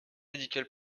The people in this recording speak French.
médical